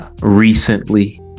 recently